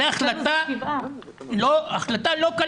זו החלטה לא קלה.